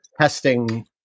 testing